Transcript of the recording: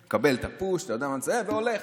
והולך.